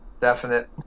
Definite